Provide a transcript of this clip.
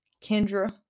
Kendra